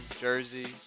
Jersey